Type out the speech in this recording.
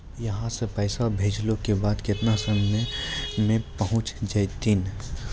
यहां सा पैसा भेजलो के बाद केतना समय मे पहुंच जैतीन?